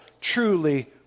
truly